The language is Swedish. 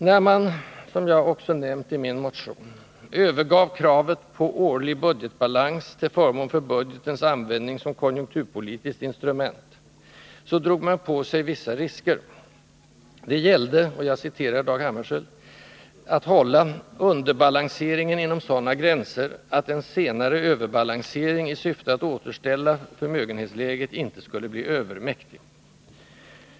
När man, som jag också nämnt i min motion, övergav kravet på årlig budgetbalans till förmån för budgetens användning som konjunkturpolitiskt instrument, så drog man på sig vissa risker: det gällde — jag citerar Dag Hammarskjöld — att ”hålla underbalanseringen inom sådana gränser, att en senare överbalansering i syfte att återställa förmögenhetsläget icke skulle bli övermäktig”.